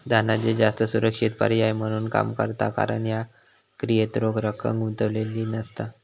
धनादेश जास्त सुरक्षित पर्याय म्हणून काम करता कारण ह्या क्रियेत रोख रक्कम गुंतलेली नसता